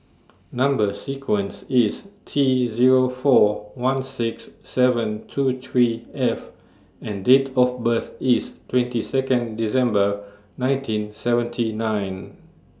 Number sequence IS T Zero four one six seven two three F and Date of birth IS twenty Second December nineteen seventy nine